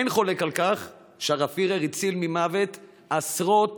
אין חולק על כך שהרב פירר הציל ממוות עשרות